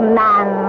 man